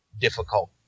difficult